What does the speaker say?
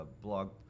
blog